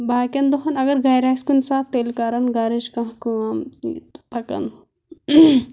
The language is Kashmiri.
باقِیَن دۄہن اگر گَرِ آسہِ کُنہِ سات تیٚلہِ کَران گَرٕچ کانٛہہ کٲم پَکان